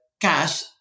cash